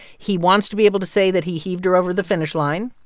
he wants to be able to say that he heaved her over the finish line.